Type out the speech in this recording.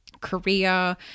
Korea